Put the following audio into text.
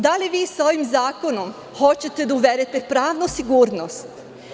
Da li vi sa ovim zakonom hoćete da uvedete pravnu sigurnost?